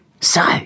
So